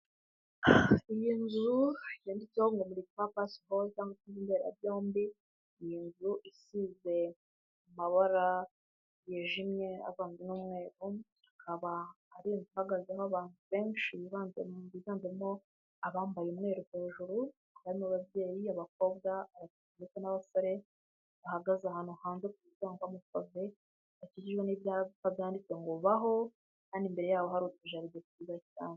Iyi nzu yanditseho ngo malitipapasi cyangwa inzu mbera byombi, iyi nzu isize amabara yijimye avanze amabara y'umweru, akaba ihagazeho abantu benshi biganjemo abambaye umweru hejuru, harimo ababyeyi, abakobwa n'abasore bahagaze ahantu hanze hafi y'amapave, bafite icyapa cyanditseho ngo baho kandi imbere yabo hari utujaride twiza cyane.